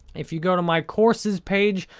if you go to my courses page,